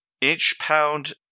inch-pound